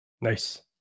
Nice